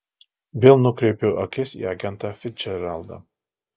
vėl nukreipiu akis į agentą ficdžeraldą